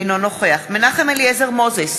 אינו נוכח מנחם אליעזר מוזס,